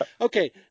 Okay